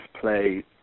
play